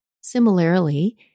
Similarly